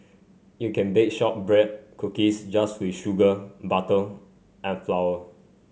you can bake shortbread cookies just with sugar butter and flour